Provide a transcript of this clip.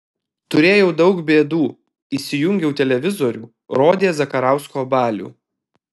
turėjau daug bėdų įsijungiau televizorių rodė zakarausko balių